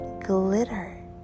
glitter